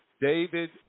David